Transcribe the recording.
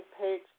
page